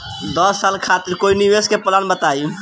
दस साल खातिर कोई निवेश के प्लान बताई?